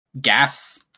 gas